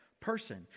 person